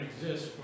exist